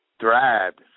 thrived